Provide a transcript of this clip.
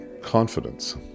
confidence